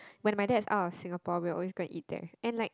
when my dad is out of Singapore we'll always go and eat there and like